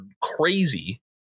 crazy